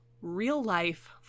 real-life